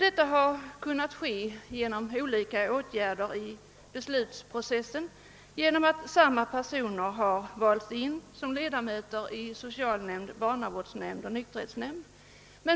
Detta har kunnat ske genom olika åtgärder i beslutsprocessen därför att samma personer valts in som ledamöter i socialnämnd, barnavårdsnämnd och nykterhetsnämnd.